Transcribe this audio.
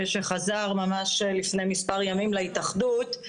שחזר ממש לפני מספר ימים להתאחדות,